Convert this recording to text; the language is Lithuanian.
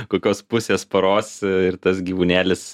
kokios pusės paros ir tas gyvūnėlis